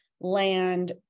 land